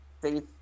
Faith